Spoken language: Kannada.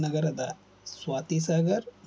ನಗರದ ಸ್ವಾತಿ ಸಾಗರ್